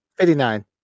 59